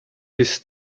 this